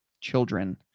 children